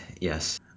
yes